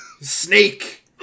snake